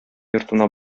йортына